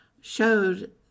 showed